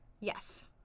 Yes